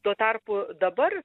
tuo tarpu dabar